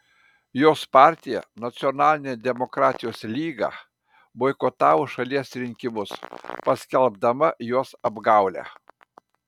jos partija nacionalinė demokratijos lyga boikotavo šalies rinkimus paskelbdama juos apgaule